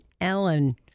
Ellen